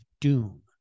doom